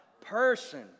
Person